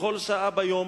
בכל שעה ביום.